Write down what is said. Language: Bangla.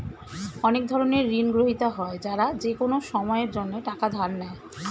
অনেক ধরনের ঋণগ্রহীতা হয় যারা যেকোনো সময়ের জন্যে টাকা ধার নেয়